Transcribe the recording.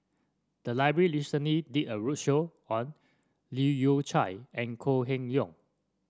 the library recently did a roadshow on Leu Yew Chye and Kok Heng Leun